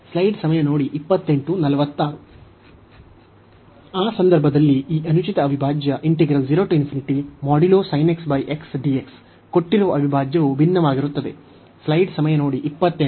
ಆ ಸಂದರ್ಭದಲ್ಲಿ ಈ ಅನುಚಿತ ಅವಿಭಾಜ್ಯ ಕೊಟ್ಟಿರುವ ಅವಿಭಾಜ್ಯವು ಭಿನ್ನವಾಗಿರುತ್ತದೆ